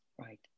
Right